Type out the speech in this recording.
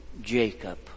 Jacob